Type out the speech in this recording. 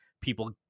people